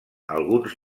alguns